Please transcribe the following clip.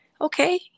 Okay